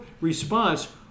response